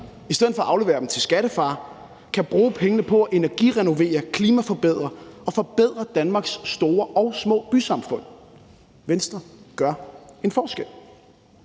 i stedet for at aflevere pengene til skattefar kan bruge dem på at energirenovere, klimaforbedre og forbedre Danmarks store og små bysamfund. Venstre gør en forskel.